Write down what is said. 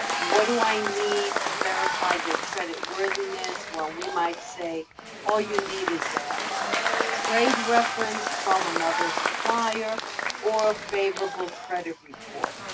what do i need to verify their credit worthiness. well, we might say all you need is a trade reference from another supplier or a favorable credit report.